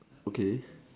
okay